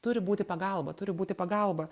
turi būti pagalba turi būti pagalba